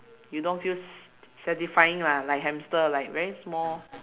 you don't feel s~ satisfying lah like hamster like very small